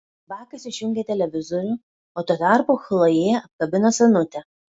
bakas išjungė televizorių o tuo tarpu chlojė apkabino senutę